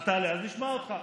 אז נשמע אותך.